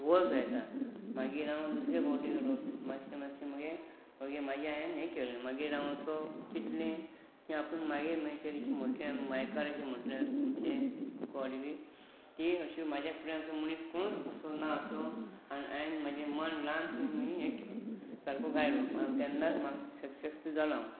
वंय घेता मागीर हांव दुसरे फावटी गेलो मशशें मातशेंग मागे म्हाजी हांवें हें केलें मागीर हांव असो चिंतलें की आपूण मागीशर अशें म्हटलें मायकार अशें म्हटल्या गोड बी ती अश म्हाज्या फुडें मनीस कोणूच असो ना असो आनी हांवें म्हजें मन ल्हान थंय हें सारको गायलो हांव तेन्ना म्हाका सक्सेस बी जालो हांव